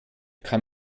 kann